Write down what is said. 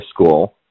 school